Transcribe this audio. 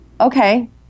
okay